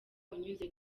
unyuze